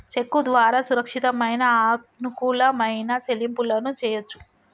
చెక్కు ద్వారా సురక్షితమైన, అనుకూలమైన చెల్లింపులను చెయ్యొచ్చు